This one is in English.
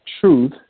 truth